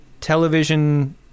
television